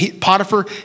Potiphar